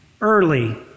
early